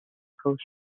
coast